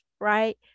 right